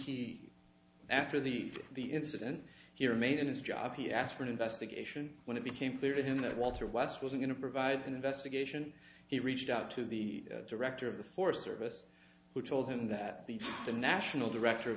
after the for the incident he remained in his job he asked for an investigation when it became clear to him that walter west was going to provide an investigation he reached out to the director of the forest service who told him that the the national director of